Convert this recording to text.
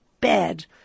bad